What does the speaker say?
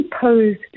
posed